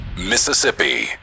Mississippi